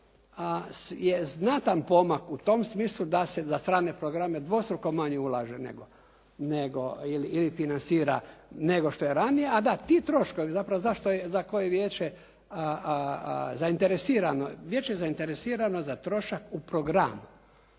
a znatan pomak u tom smislu da se za strane programe dvostruko manje ulaže nego ili financira nego što je ranije, a da ti troškovi zapravo zašto je za koje je vijeće zainteresirano. Vijeće je zainteresirano za trošak u program.